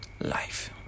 life